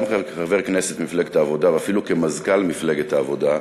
גם כחבר כנסת ממפלגת העבודה ואפילו כמזכ"ל מפלגת העבודה,